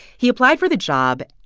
he applied for the job,